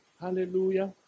Hallelujah